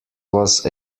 was